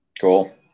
Cool